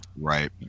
right